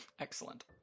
excellent